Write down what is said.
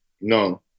No